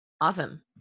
Awesome